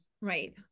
Right